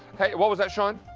what was that, sean?